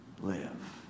live